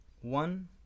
One